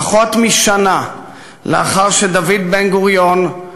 פחות משנה לאחר שדוד בן-גוריון,